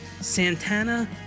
Santana